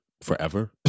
forever